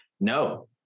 No